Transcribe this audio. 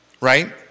right